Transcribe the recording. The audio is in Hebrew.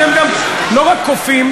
אתם גם לא רק קופים,